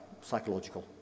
psychological